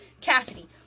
Cassidy